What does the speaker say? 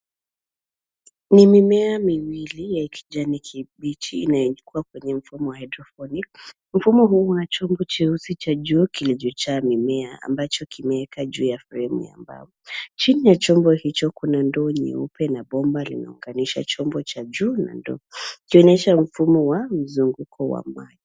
Ni mimea miwili ya kijani kibichi inayowekwa kwenye mfumo wa hydroponic . Mfumo huu wa chombo cheusi cha juu kilichojaa mimea ambacho kimewekwa juu ya fremu ya mbao. Chini ya chombo hicho kuna ndoo nyeupe na bomba limeunganisha chombo cha juu na ndoo, ikionyesha mfumo wa mzunguko wa maji.